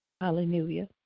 Hallelujah